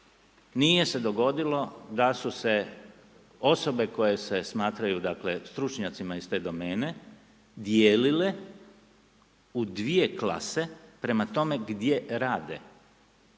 nije se dogodilo da su se osobe koje se smatraju dakle stručnjacima iz te domene dijelile u dvije klase prema tome gdje rade